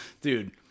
dude